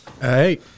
Hey